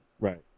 Right